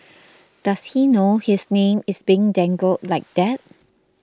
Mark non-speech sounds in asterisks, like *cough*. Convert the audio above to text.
*noise* does he know his name is being dangled like that